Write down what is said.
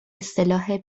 سلاح